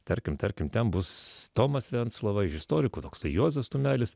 tarkim tarkim ten bus tomas venclova iš istorikų toksai juozas tumelis